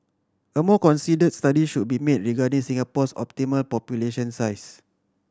a more considered study should be made regarding Singapore's optimal population size